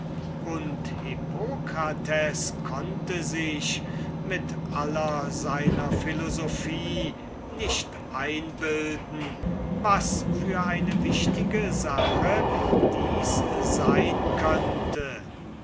und hippokrates konnte sich mit aller seiner philosophie nicht einbilden was für eine wichtige sache dies sein könnte